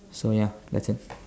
so ya that's it